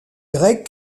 greg